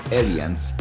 Aliens